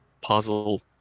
puzzle